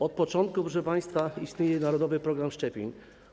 Od początku, proszę państwa, istnieje narodowy program szczepień.